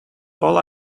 all